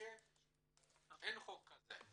שאין חוק כזה.